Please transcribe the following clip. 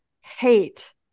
hate